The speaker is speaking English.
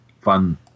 fun